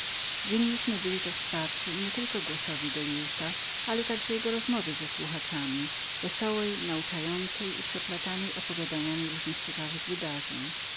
winniśmy byli to wsparcie nie tylko głosowi delliusza ale także jego rozmowie wesołej nauczącej i przeplatanej opowiadaniami różnych ciekawych wydarzeń